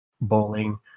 bowling